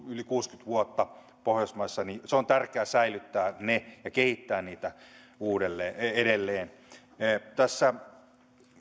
yli kuusikymmentä vuotta pohjoismaissa on tärkeä säilyttää ja kehittää niitä edelleen tässä